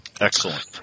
Excellent